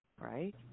right